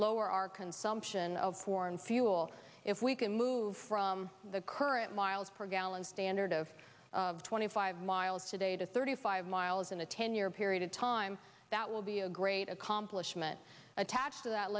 lower our consumption of foreign fuel if we can move from the current mpg standard of twenty five miles today to thirty five miles in a ten year period of time that will be a great accomplishment attached to that